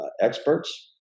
experts